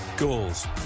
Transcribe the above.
Goals